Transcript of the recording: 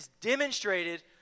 demonstrated